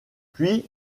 puis